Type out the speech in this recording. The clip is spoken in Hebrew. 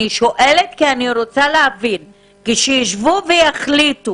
אני שואלת כי אני רוצה להבין: כשיישבו ויחליטו